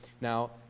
Now